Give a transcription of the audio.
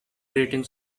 grating